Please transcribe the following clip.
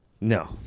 No